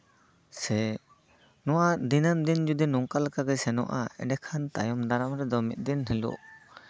ᱥᱮ ᱱᱚᱣᱟ ᱫᱤᱱᱟᱹᱢ ᱫᱤᱱ ᱡᱩᱫᱤ ᱱᱚᱝᱠᱟ ᱞᱮᱠᱟᱛᱮ ᱥᱮᱱᱚᱜᱼᱟ ᱮᱱᱰᱮᱠᱷᱟᱱ ᱛᱟᱭᱚᱢ ᱫᱟᱨᱟᱢ ᱨᱮᱫᱚ ᱢᱤᱫ ᱫᱤᱱ ᱦᱤᱞᱳᱜ